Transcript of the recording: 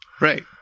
Right